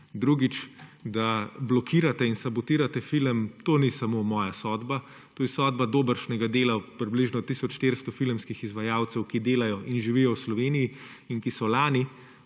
Drugič, da blokirate in sabotirate film, to ni samo moja sodba. To je sodba dobršnega dela od približno tisoč 400 filmskih izvajalcev, ki delajo in živijo v Slovenij ter ki so lani